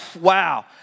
wow